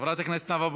חברת הכנסת נאוה בוקר,